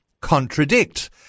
contradict